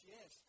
Yes